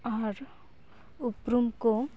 ᱟᱨ ᱩᱯᱨᱩᱢᱠᱚ